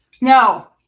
No